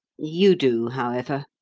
you do, however